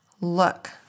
look